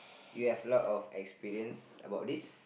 you have a lot of experience about this